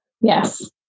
Yes